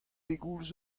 pegoulz